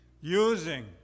using